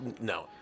no